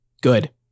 Good